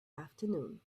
afternoon